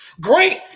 Great